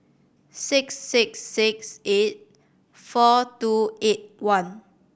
six six six eight four two eight one